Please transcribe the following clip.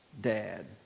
dad